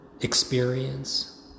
experience